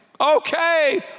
okay